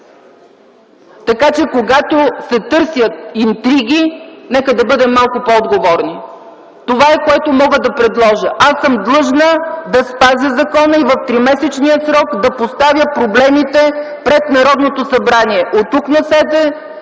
Така че когато се търсят интриги, нека да бъдем малко по-отговорни. Това е, което мога да предложа. Аз съм длъжна да спазя закона и в тримесечния срок да поставя проблемите пред Народното събрание. Оттук насетне